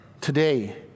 today